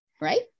right